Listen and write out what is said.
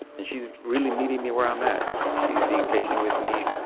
and she's really meeting me where i'm at. she's being patient with me.